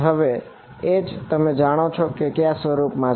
હવે H તમે જાણો છે કે તે ક્યાં સ્વરૂપમાં છે